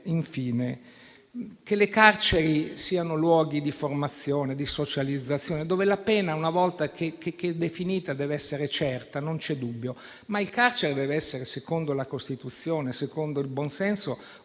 che le carceri siano luoghi di formazione, di socializzazione, dove la pena, una volta che è definita, deve essere certa (non c'è dubbio). Tuttavia, secondo la Costituzione, secondo il buonsenso,